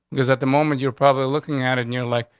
because at the moment you're probably looking at at and you're like,